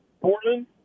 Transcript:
Portland